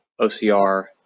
OCR